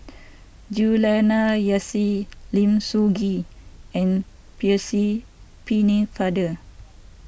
Juliana Yasin Lim Soo Ngee and Percy Pennefather